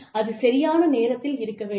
அது சரியான நேரத்தில் இருக்க வேண்டும்